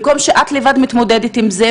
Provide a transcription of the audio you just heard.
במקום שאת לבד מתמודדת עם זה,